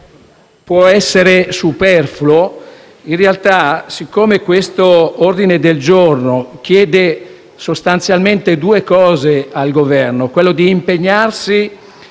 può essere superfluo; in realtà, quest'ordine del giorno chiede sostanzialmente due cose al Governo: impegnarsi